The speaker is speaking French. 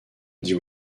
dit